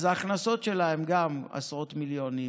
אז ההכנסות שלה הן גם עשרות מיליונים.